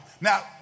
Now